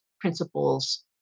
principles